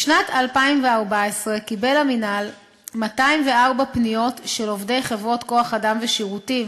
בשנת 2014 קיבל המינהל 204 פניות של עובדי חברות כוח-אדם ושירותים